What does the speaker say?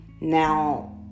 Now